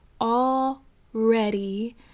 already